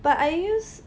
but I use